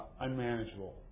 unmanageable